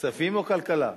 או כלכלה?